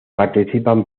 participan